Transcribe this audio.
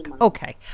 Okay